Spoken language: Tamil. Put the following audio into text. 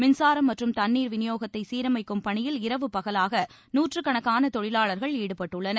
மின்சாரம் மற்றும் தண்ணீர் விநியோகத்தை சீரமைக்கும் பணியில் இரவு பகலாக நூற்றுக்கணக்கான தொழிலாள்கள் ஈடுபட்டுள்ளனர்